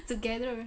together